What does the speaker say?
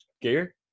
gear